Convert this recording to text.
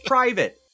Private